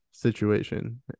situation